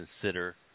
consider